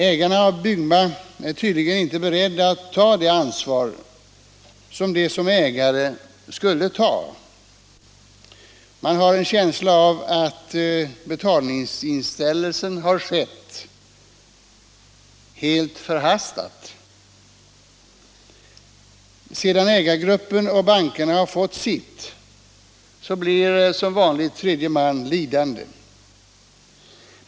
Ägarna av Byggma är tydligen inte beredda att ta det ansvar de som ägare skulle ta. Man har en känsla av att betalningsinställelsen har skett helt förhastat. Sedan ägargruppen och bankerna har fått sitt, blir som vanligt tredje man lidande.